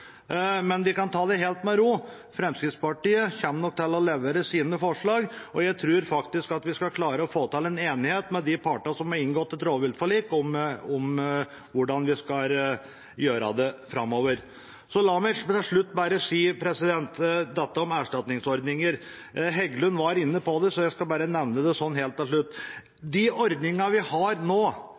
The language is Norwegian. Men dere kan ta det helt med ro, Fremskrittspartiet kommer nok til å levere sine forslag. Og jeg tror faktisk vi skal klare å få til en enighet med de partene som har inngått et rovviltforlik, om hvordan vi skal gjøre det framover. La meg helt til slutt bare si noe om dette med erstatningsordninger: Heggelund var inne på det, så jeg skal bare nevne det sånn helt til slutt. De ordningene vi har nå,